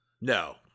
No